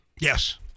Yes